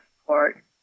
support